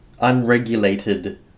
unregulated